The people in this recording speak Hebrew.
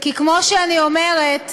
כי כמו שאני אומרת,